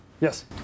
Yes